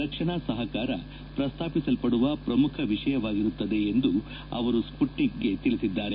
ರಕ್ಷಣಾ ಸಹಕಾರ ಪ್ರಸ್ತಾಪಿಸಲ್ಲಡುವ ಪ್ರಮುಖ ವಿಷಯವಾಗಿರುತ್ತದೆ ಎಂದು ಅವರು ಸುಟ್ಟಿಕ್ ಗೆ ತಿಳಿಸಿದ್ದಾರೆ